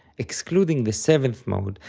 excluding the seventh mode,